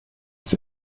des